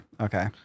Okay